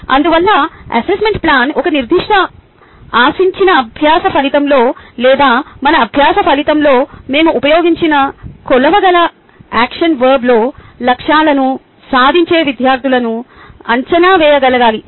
అందువల్ల assessment plan ఒక నిర్దిష్ట ఆశించిన అభ్యాస ఫలితంలో లేదా మన అభ్యాస ఫలితంలో మేము ఉపయోగించిన కొలవగల యాక్షన్ వర్బ్లో లక్ష్యాలను సాధించే విద్యార్థులను అంచనా వేయగలగాలి